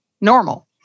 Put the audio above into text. normal